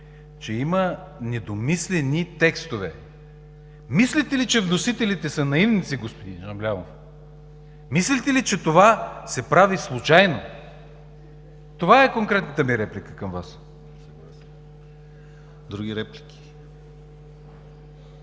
че има недомислени текстове. Мислите ли, че вносителите са наивници, господин Жаблянов? Мислите ли, че това се прави случайно? Това е конкретната ми реплика към Вас. ПРЕДСЕДАТЕЛ